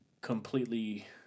completely